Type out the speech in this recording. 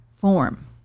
form